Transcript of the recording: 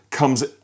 comes